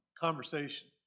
conversation